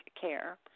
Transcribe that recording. care